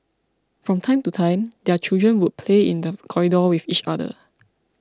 from time to time their children would play in the corridor with each other